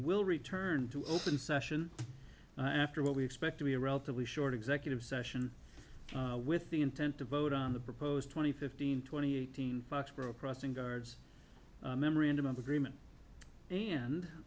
will return to open session after what we expect to be a relatively short executive session with the intent to vote on the proposed twenty fifteen twenty eight hundred bucks for a crossing guards memorandum of agreement and